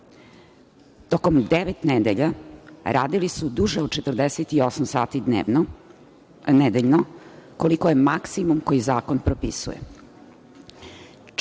tokom devet nedelja radili su duže od 48 sati nedeljno, koliko je maksimum koji zakon propisuje.